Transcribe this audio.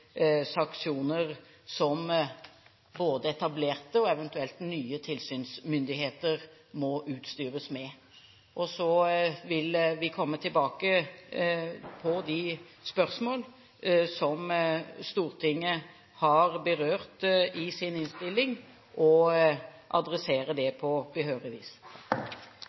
sanksjoner som både etablerte og eventuelt nye tilsynsmuligheter må utstyres med. Vi vil komme tilbake til de spørsmål som Stortinget har berørt i sin innstilling, og adressere dem på behørig vis.